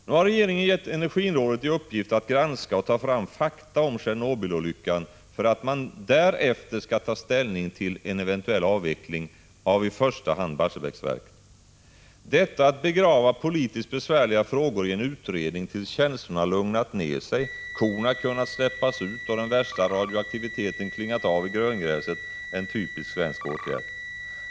Nu har regeringen gett energirådet i uppgift att granska och ta fram fakta om Tjernobylolyckan, för att man därefter skall ta ställning till en eventuell avveckling av i första hand Barsebäcksverken. Detta att begrava politiskt besvärliga frågor i en utredning, tills känslorna lugnat ned sig, korna kunnat släppas ut och den värsta radioaktiviteten klingat av i gröngräset, är en typiskt svensk åtgärd.